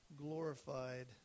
glorified